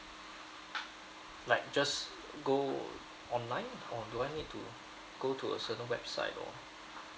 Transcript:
like just go online or do I need to go to a certain website or